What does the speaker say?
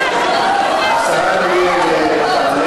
השרה גמליאל תעלה